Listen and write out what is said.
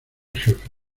jefe